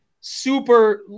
super